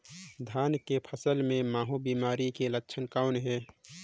धान के फसल मे महू बिमारी के लक्षण कौन हे?